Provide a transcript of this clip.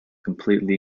completely